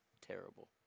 Terrible